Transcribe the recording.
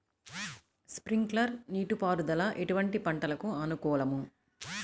Sprinkler నీటిపారుదల ఎటువంటి పంటలకు అనుకూలము?